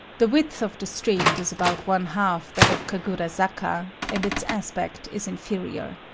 the width of the street is about one half that of kagurazaka, and its aspect is inferior.